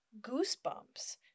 goosebumps